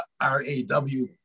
R-A-W